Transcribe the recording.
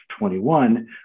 21